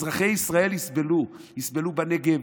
אזרחי ישראל יסבלו: יסבלו בנגב,